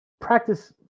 Practice